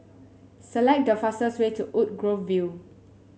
select the fastest way to Woodgrove View